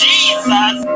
Jesus